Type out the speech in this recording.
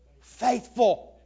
faithful